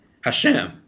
Hashem